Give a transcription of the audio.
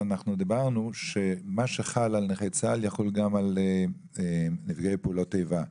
אנחנו דיברנו שמה שחל על נכי צה"ל יחול גם על נפגעי פעולות האיבה.